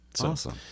Awesome